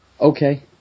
Okay